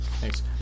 Thanks